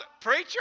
preacher